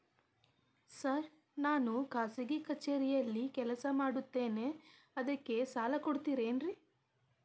Sir ನಾನು ಖಾಸಗಿ ಕಚೇರಿಯಲ್ಲಿ ಕೆಲಸ ಮಾಡುತ್ತೇನೆ ಅದಕ್ಕೆ ಸಾಲ ಕೊಡ್ತೇರೇನ್ರಿ?